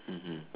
mmhmm